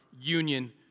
union